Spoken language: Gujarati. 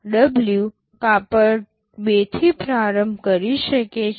W કાપડ 2 થી પ્રારંભ કરી શકે છે